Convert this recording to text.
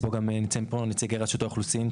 נמצאים פה גם נציגי רשות האוכלוסין,